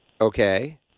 Okay